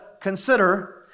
consider